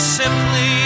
simply